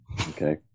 Okay